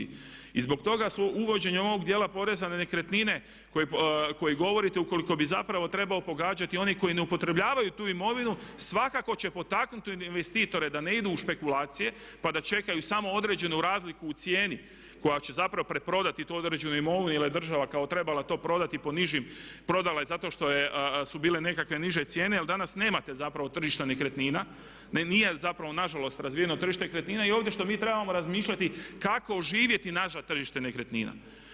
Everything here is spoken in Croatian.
I zbog toga su uvođenje onog djela poreza na nekretnine koji govorite, ukoliko bi zapravo trebao pogađati one koji ne upotrebljavaju tu imovinu svakako će potaknuti investitore da ne idu u špekulacije pa da čekaju samo određenu razliku u cijeni koja će zapravo preprodati tu određenu imovinu jer je država kao trebala to prodati po nižim, prodala je zato što su bile nekakve niže cijene jel danas nemate zapravo tržišta nekretnina, nije zapravo nažalost razvijeno tržište nekretnina i ovdje što mi trebamo razmišljati kako oživjeti nazad tržište nekretnina?